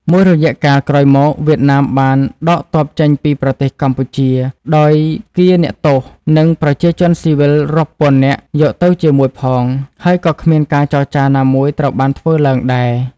មួយរយៈកាលក្រោយមក វៀតណាមបានដកទ័ពចេញពីប្រទេសកម្ពុជា ដោយកៀរអ្នកទោស និងប្រជាជនស៊ីវិលរាប់ពាន់នាក់យកទៅជាមួយផង ហើយក៏គ្មានការចរចាណាមួយត្រូវបានធ្វើឡើងដែរ។